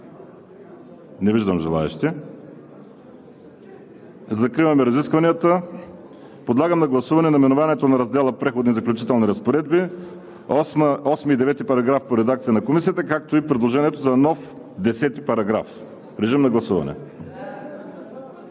Не виждам желаещи. Закривам разискванията. Подлагам на гласуване наименованието на раздела „Преходни и заключителни разпоредби“, § 8 и § 9 по редакция на Комисията, както и предложението за нов § 10. Гласували